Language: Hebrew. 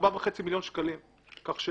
זה ארבעה וחצי מיליון שקלים,